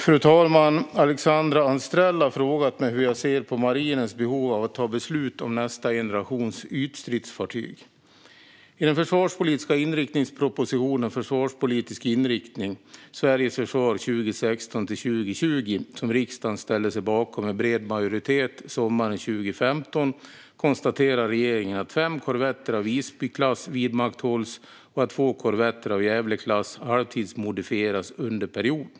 Fru talman! Alexandra Anstrell har frågat mig hur jag ser på marinens behov av att ta beslut om nästa generations ytstridsfartyg. I den försvarspolitiska inriktningspropositionen Försvarspolitisk inriktning - Sveriges försvar 2016-2020 , som riksdagen ställde sig bakom med bred majoritet sommaren 2015, konstaterar regeringen att fem korvetter av Visbyklass vidmakthålls och att två korvetter av Gävleklass halvtidsmodifieras under perioden.